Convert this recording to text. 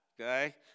okay